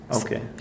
Okay